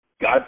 God